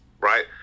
right